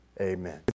Amen